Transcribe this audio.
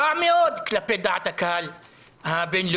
רע מאוד כלפי דעת הקהל הבין-לאומית.